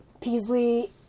Peasley